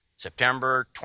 September